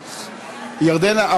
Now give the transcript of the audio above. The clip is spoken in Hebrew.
ירדנה,